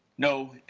no,